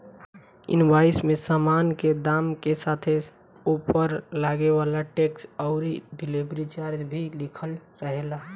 invoice में सामान के दाम के साथे ओपर लागे वाला टेक्स अउरी डिलीवरी चार्ज भी लिखल रहेला